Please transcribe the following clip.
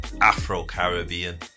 Afro-Caribbean